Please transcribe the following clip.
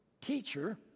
teacher